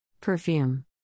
Perfume